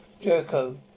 Jericho